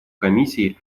комиссии